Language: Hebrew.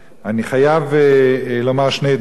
אני חייב לומר שני דברים.